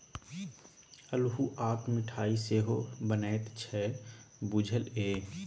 अल्हुआक मिठाई सेहो बनैत छै बुझल ये?